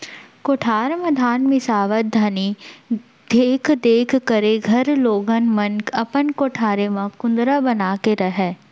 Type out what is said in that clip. कोठार म धान मिंसावत घनी देख देख करे घर लोगन मन अपन कोठारे म कुंदरा बना के रहयँ